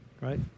right